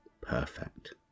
perfect